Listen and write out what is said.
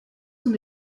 sont